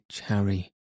Harry